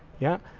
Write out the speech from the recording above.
yap,